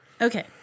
Okay